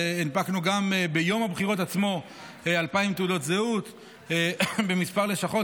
הנפקנו גם ביום הבחירות עצמו 2,000 תעודות זהות בכמה לשכות,